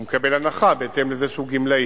הוא מקבל הנחה בהתאם לזה שהוא גמלאי.